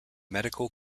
medical